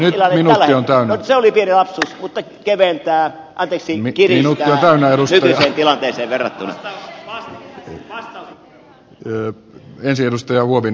no se oli pieni lapsus mutta keventää anteeksi kiristää nykyiseen tilanteeseen verrattuna